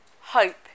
hope